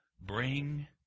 Bring